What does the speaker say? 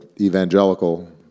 evangelical